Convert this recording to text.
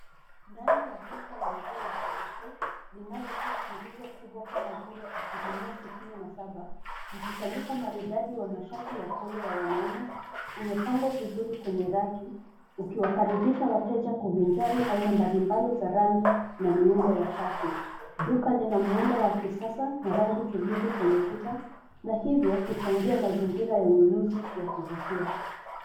Ndani ya duka la nguo la kipekee linalotoa punguzo kubwa kama vile asilimia sitini na saba, mkusanyiko maridadi wa mashati ya polo ya wanaume umepangwa vizuri kwenye raki, ukiwakaribisha wateja kuvinjari aina mbalimbali za rangi na miundo ya shati. Duka lina muundo wa kisasa na rangi tulivu kwenye kuta na hivyo kuchangia mazingira ya ununuzi ya kuvutia.